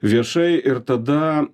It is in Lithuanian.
viešai ir tada